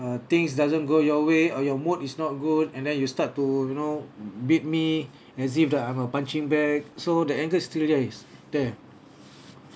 uh things doesn't go your way or your mood is not good and then you start to you know beat me as if that I'm a punching bag so the anger is still there's there